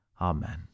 Amen